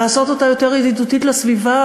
לעשות אותה יותר ידידותית לסביבה,